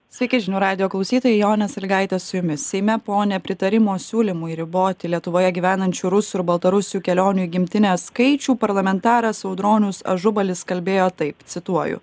sveiki žinių radijo klausytojai jonė sąlygaitė su jumis seime po nepritarimo siūlymui riboti lietuvoje gyvenančių rusų ir baltarusių kelionių į gimtinę skaičių parlamentaras audronius ažubalis kalbėjo taip cituoju